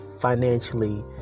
financially